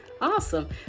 awesome